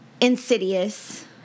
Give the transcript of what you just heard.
Insidious